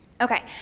Okay